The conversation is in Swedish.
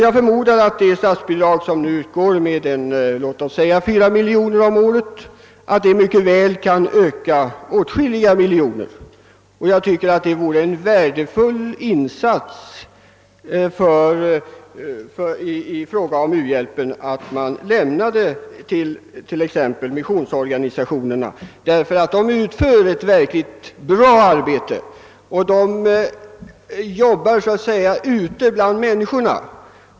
Jag förmodar att det statsbidrag som nu utgår med låt oss säga 4 miljoner kronor om året mycket väl kan höjas med åtskilliga miljoner, och jag tycker det vore en värdefull insats för uhjälpen om missionsorganisationerna finge del av en sådan höjning. Ty dessa organisationer utför ett mycket bra arbete, som bedrives ute bland människorna.